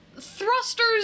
Thrusters